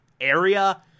area